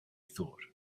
thought